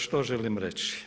Što želim reći?